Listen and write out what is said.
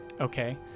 Okay